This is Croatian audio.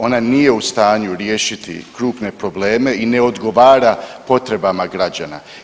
Ona nije u stanju riješiti krupne probleme i ne odgovara potrebama građana.